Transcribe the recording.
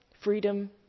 freedom